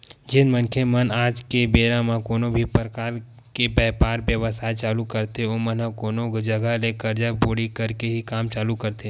जेन मनखे मन आज के बेरा म कोनो भी परकार के बेपार बेवसाय चालू करथे ओमन ह कोनो जघा ले करजा बोड़ी करके ही काम चालू करथे